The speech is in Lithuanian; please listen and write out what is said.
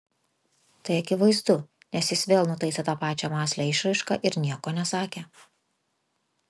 tai akivaizdu nes jis vėl nutaisė tą pačią mąslią išraišką ir nieko nesakė